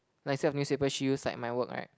like instead of newspaper she use like my work right